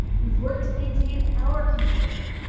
you've worked to maintain our community,